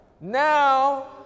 Now